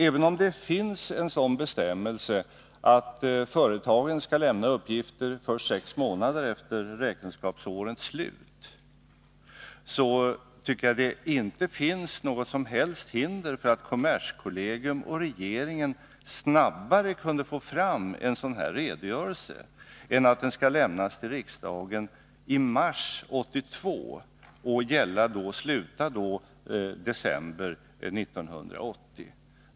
Även om det finns en sådan bestämmelse att företagen skall lämna uppgifter för sex månader efter räkenskapsårets slut, så tycker jag att det inte finns något som helst hinder för att kommerskollegium och regeringen skulle kunna få fram en sådan här redogörelse snabbare än så att den skall lämnas till riksdagen i mars 1982 — och att redogörelsen slutar i december 1980.